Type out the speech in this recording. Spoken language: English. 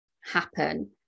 happen